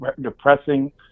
depressing